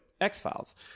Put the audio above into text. X-Files